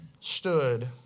stood